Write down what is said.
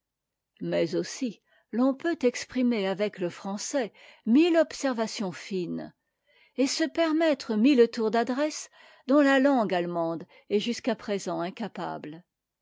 mais aussi l'on peut exprimer avec le français mille observations fines et se permettre mille tours d'adresse dont la langue allemande est jusqu'à présent incapable